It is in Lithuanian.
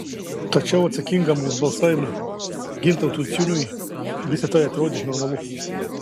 tačiau atsakingam už balsavimą gintautui ciuniui visa tai atrodė normalu